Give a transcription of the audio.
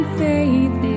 faith